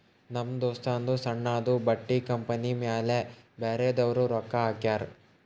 ನಮ್ ದೋಸ್ತದೂ ಸಣ್ಣುದು ಬಟ್ಟಿ ಕಂಪನಿ ಮ್ಯಾಲ ಬ್ಯಾರೆದವ್ರು ರೊಕ್ಕಾ ಹಾಕ್ಯಾರ್